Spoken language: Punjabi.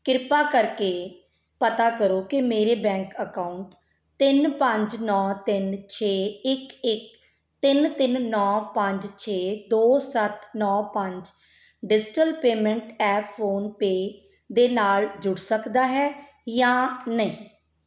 ਕਿਰਪਾ ਕਰਕੇ ਪਤਾ ਕਰੋ ਕਿ ਮੇਰਾ ਬੈਂਕ ਅਕਾਊਂਟ ਤਿੰਨ ਪੰਜ ਨੋ ਤਿੰਨ ਛੇ ਇੱਕ ਇੱਕ ਤਿੰਨ ਤਿੰਨ ਨੋ ਪੰਜ ਛੇ ਦੋ ਸੱਤ ਨੋ ਪੰਜ digital payment app PhonePe ਦੇ ਨਾਲ ਜੁੜ ਸਕਦਾ ਹੈ ਜਾਂ ਨਹੀਂ